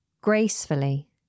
Gracefully